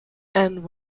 and